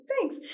thanks